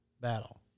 battle